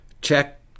Check